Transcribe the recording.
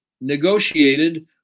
negotiated